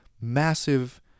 massive